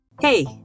Hey